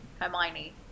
Hermione